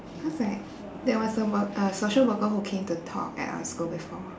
cause like there was a wor~ social worker that came to talk at our school before